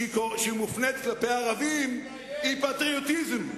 וכשהיא מופנית כלפי ערבים היא פטריוטיזם.